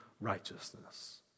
righteousness